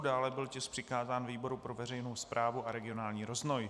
Dále byl tisk přikázán výboru pro veřejnou správu a regionální rozvoj.